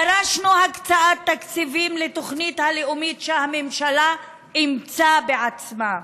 דרשנו הקצאת תקציבים לתוכנית הלאומית שהממשלה אימצה בעצמה.